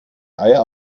eier